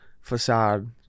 facade